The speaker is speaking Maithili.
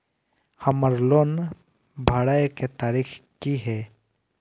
हमर लोन भरए के तारीख की ये?